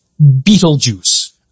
Beetlejuice